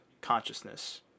consciousness